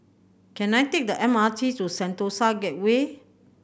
can I take the M R T to Sentosa Gateway